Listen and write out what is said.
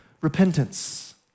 repentance